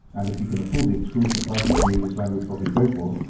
and if you can afford the extortionate prices the english-language copies go for,